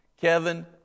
Kevin